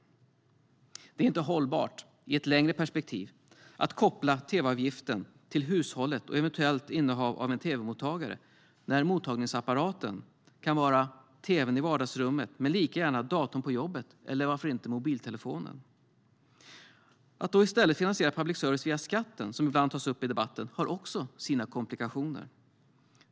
Det är i ett längre perspektiv inte hållbart att koppla tv-avgiften till hushållet och eventuellt innehav av en tv-mottagare när mottagningsapparaten kan vara tv:n i vardagsrummet men lika gärna datorn på jobbet eller varför inte mobiltelefonen. Att i stället finansiera public service via skatten, som ibland tas upp i debatten, har också sina komplikationer.